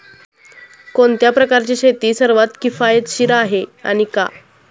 कोणत्या प्रकारची शेती सर्वात किफायतशीर आहे आणि का?